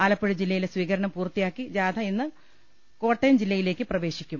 ആലപ്പുഴ ജില്ലയിലെ സ്വീകരണം പൂർത്തിയാക്കി ജാഥ ഇ ന്ന് കോട്ടയം ജില്ലയിലേക്ക് പ്രവേശിക്കും